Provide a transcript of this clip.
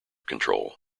control